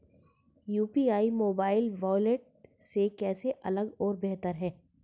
UPI mobile wallet से कैसे अलग और बेहतर है?